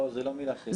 לא, זה לא מילה שלי.